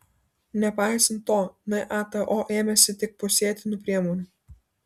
nepaisant to nato ėmėsi tik pusėtinų priemonių